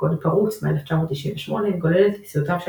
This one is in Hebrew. "קוד פרוץ" מ-1998 מגולל את ניסיונותיו של